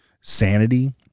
sanity